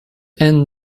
end